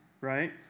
right